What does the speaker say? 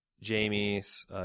Jamie's